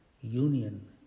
union